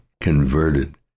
converted